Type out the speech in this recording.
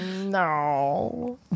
No